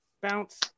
bounce